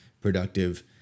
productive